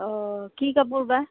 অ' কি কাপোৰ বা